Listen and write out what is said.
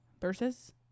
versus